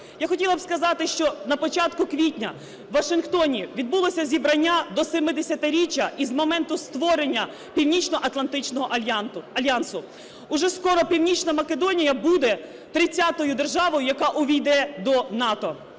Я хотіла б сказати, що на початку квітня в Вашингтоні відбулося зібрання до 70-річчя із моменту створення Північноатлантичного альянсу. Уже скоро Північна Македонія буде 30 державою, яка увійде до НАТО.